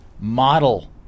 model